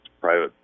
private